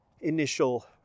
initial